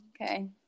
okay